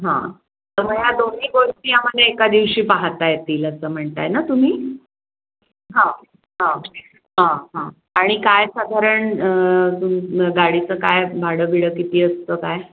हां तर मग या दोन्ही गोष्टी आम्हाला एका दिवशी पाहता येतील असं म्हणत आहे ना तुम्ही हां हां हां हां आणि काय साधारण तुम गाडीचं काय भाडं बिडं किती असतं काय